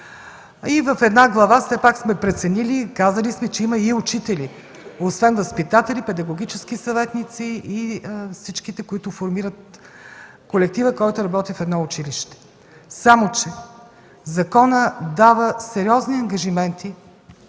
и в една глава все пак сме преценили, казали сме, че има и учители освен възпитатели, педагогически съветници и всички, които формират колектива, който работи в едно училище. Само че законът дава сериозни ангажименти